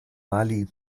mali